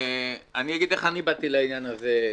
אגיד איך אני באתי לעניין הזה.